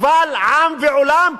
קבל עם ועולם: